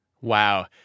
Wow